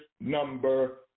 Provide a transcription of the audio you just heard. number